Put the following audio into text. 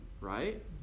Right